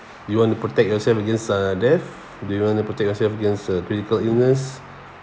you want to protect yourself against uh deaf do you want to protect yourself against a critical illness